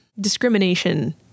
discrimination